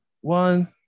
one